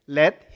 let